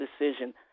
decision